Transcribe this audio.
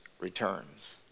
returns